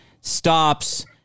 stops